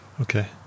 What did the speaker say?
Okay